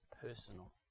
personal